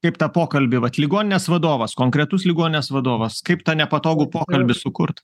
kaip tą pokalbį vat ligoninės vadovas konkretus ligoninės vadovas kaip tą nepatogų pokalbį sukurt